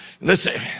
Listen